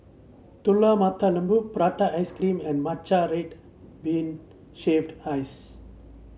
Telur Mata Lembu Prata Ice Cream and Matcha Red Bean Shaved Ice